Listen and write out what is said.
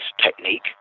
technique